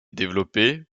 développé